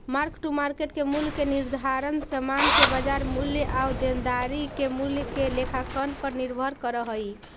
mark to market मूल्य के निर्धारण समान के बाजार मूल्य आउ देनदारी के मूल्य के लेखांकन पर निर्भर करऽ हई